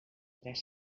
tres